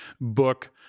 book